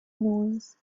noise